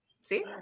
See